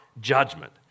judgment